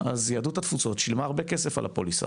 יהדות התפוצות שילמה הרבה כסף על הפוליסה